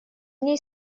ней